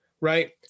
right